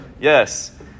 Yes